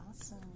Awesome